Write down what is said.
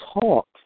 talk